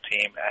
team